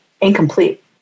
incomplete